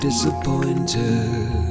Disappointed